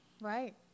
Right